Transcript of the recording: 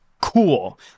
cool